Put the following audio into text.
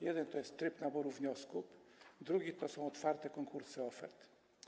Jeden to jest tryb naboru wniosków, drugi to są otwarte konkursy ofert.